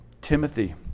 Timothy